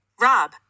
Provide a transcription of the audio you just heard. Rob